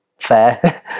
Fair